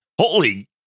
holy